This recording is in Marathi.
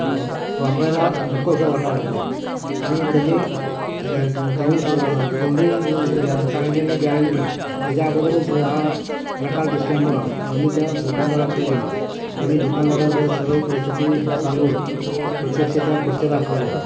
मग वापरायला नकोशा वाटायला लागल्या आणि त्याचे त्याग त्यांनी सं तोंडी गॅ सांगितलेली गॅरंटी त्याच्या अगोदरच ह्या प्रकार दिसल्यामुळं आम्ही त्या दुकानदाराकडे गेलो आणि दुकानदाराला त्या सर्व परिस्थिती सांगून प्रत्यक्ष त्या खुर्च्या दाखवल्या